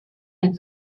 and